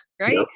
right